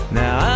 now